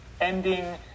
ending